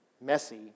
messy